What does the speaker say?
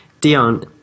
Dion